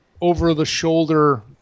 over-the-shoulder